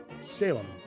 Salem